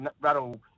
rattle